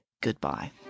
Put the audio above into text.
goodbye